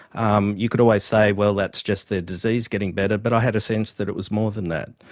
um you could always say, well, that's just their disease getting better, but i had a sense that it was more than that.